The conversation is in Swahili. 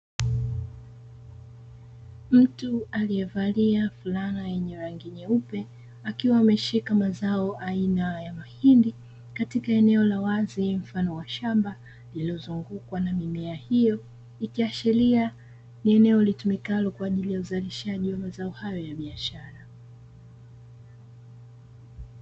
Mtu aliyevalia fulana yenye rangi nyeupe, akiwa ameshika mazao aina ya mahindi katika eneo la wazi mfano wa shamba, lililozungukwa na mimea hiyo ikiashiria ni eneo litumikalo kwa ajili ya uzalishaji wa mazao hayo ya biashara.